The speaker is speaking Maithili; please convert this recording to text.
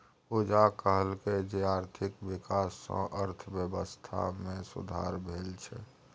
पूजा कहलकै जे आर्थिक बिकास सँ अर्थबेबस्था मे सुधार भेल छै